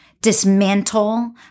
dismantle